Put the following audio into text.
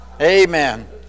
Amen